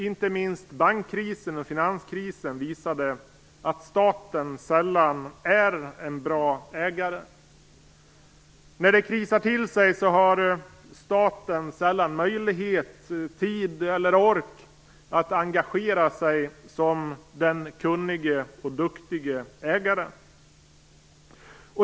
Inte minst bankkrisen och finanskrisen visade dock att staten sällan är en bra ägare. När det krisar till sig har staten sällan möjlighet, tid eller ork att engagera sig som den kunnige och duktige ägaren.